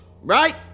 Right